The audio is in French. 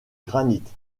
granite